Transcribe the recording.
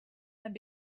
and